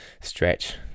stretch